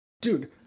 dude